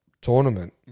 tournament